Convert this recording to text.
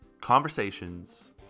conversations